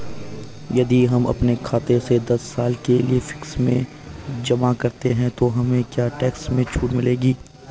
यदि हम अपने खाते से दस साल के लिए फिक्स में जमा करते हैं तो हमें क्या टैक्स में छूट मिलेगी?